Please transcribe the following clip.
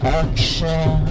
action